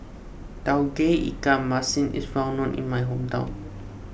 Tauge Ikan Masin is well known in my hometown